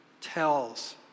tells